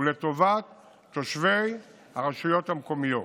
ולטובת תושבי הרשויות המקומיות.